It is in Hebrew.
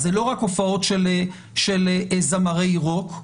אז זה לא רק הופעות של זמרי רוק,